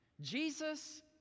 Jesus